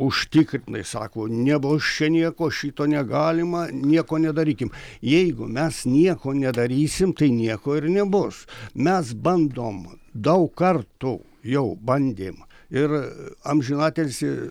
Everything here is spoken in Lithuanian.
užtikrintai sako nebus čia nieko šito negalima nieko nedarykim jeigu mes nieko nedarysim tai nieko ir nebus mes bandom daug kartų jau bandėm ir amžinatilsį